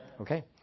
Okay